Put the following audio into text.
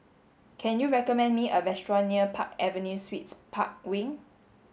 can you recommend me a restaurant near Park Avenue Suites Park Wing